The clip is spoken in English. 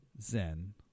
Zen